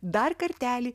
dar kartelį